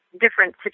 different